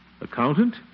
Accountant